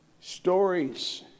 Stories